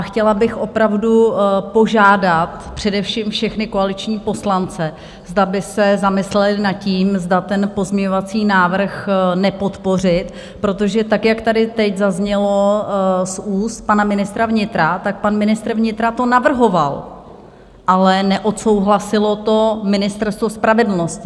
Chtěla bych opravdu požádat především všechny koaliční poslance, zda by se zamysleli nad tím, zda ten pozměňovací návrh nepodpořit, protože tak, jak tady teď zaznělo z úst pana ministra vnitra, pan ministr vnitra to navrhoval, ale neodsouhlasilo to Ministerstvo spravedlnosti.